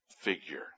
figure